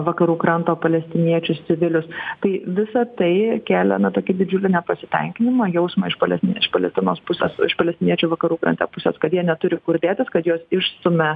vakarų kranto palestiniečius civilius tai visa tai kelia na tokį didžiulį nepasitenkinimo jausmą iš palestiniečių palestinos pusės iš palestiniečių vakarų krante pusės kad jie neturi kur dėtis kad juos išstumia